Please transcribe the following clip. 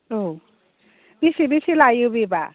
औ बेसे बेसे लायो बेबा